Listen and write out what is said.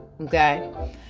Okay